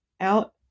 out